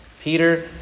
Peter